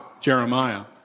Jeremiah